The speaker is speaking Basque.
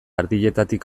erdietatik